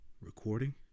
recording